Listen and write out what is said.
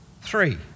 Three